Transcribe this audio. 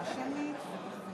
מפורש,